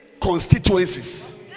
constituencies